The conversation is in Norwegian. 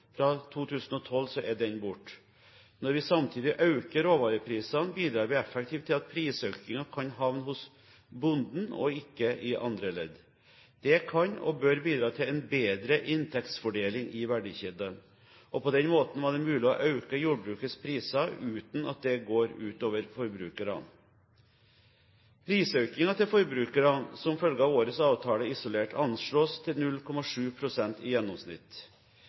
Fra 2012 er det borte. Når vi samtidig øker råvareprisene, bidrar vi effektivt til at prisøkningen kan havne hos bonden og ikke i andre ledd. Det kan og bør bidra til en bedre inntektsfordeling i verdikjeden. Og på den måten var det mulig å øke jordbrukets priser uten at det går ut over forbrukerne. Prisøkningen til forbrukerne, som følge av årets avtale isolert, anslås til 0,7 pst. i gjennomsnitt.